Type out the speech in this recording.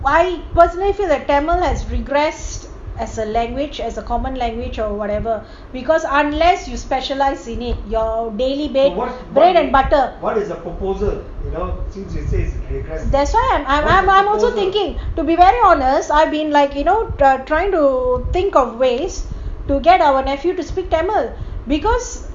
why personally I feel like tamil as regressed as a language as a common language or whatever because unless you specialize in it your daily bread and butter that's why I'm I'm I'm I'm also thinking to be very honest I've been like you know trying to think of ways to get our nephew to speak tamil because